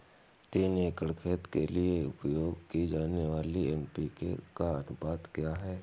तीन एकड़ खेत के लिए उपयोग की जाने वाली एन.पी.के का अनुपात क्या है?